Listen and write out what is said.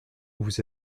vous